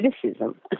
criticism